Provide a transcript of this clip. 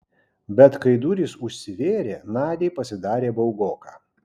bet kai durys užsivėrė nadiai pasidarė baugoka